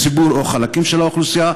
ציבור או חלקים של האוכלוסייה,